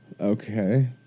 Okay